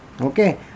okay